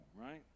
right